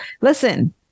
listen